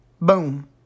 Boom